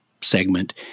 segment